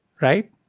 right